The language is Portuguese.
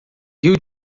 rio